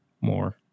more